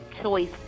choice